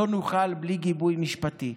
לא נוכל בלי גיבוי משפטי.